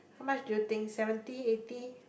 how much do you think seventy eighty